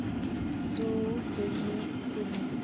ꯆꯨ ꯆꯨꯍꯤ ꯆꯤꯅꯤ